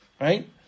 Right